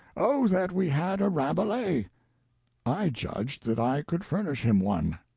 o that we had a rabelais i judged that i could furnish him one.